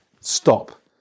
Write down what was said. stop